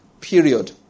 period